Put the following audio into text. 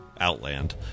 Outland